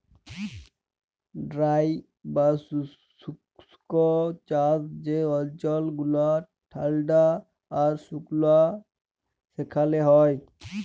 dry বা শুস্ক চাষ যে অল্চল গুলা ঠাল্ডা আর সুকলা সেখালে হ্যয়